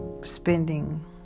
spending